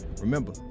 Remember